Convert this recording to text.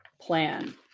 plan